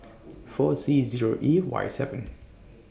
four C Zero E Y seven